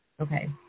Okay